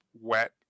wet